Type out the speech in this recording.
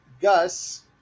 Gus